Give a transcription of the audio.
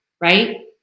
Right